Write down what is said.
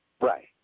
Right